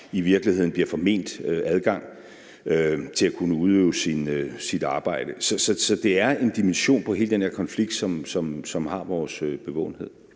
i virkeligheden bliver forment adgang til at kunne udøve sit arbejde. Så det er en dimension på hele den her konflikt, som har vores bevågenhed.